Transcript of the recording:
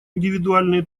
индивидуальные